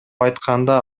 айтканда